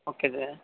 okay sir